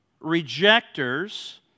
rejectors